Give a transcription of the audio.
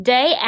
Day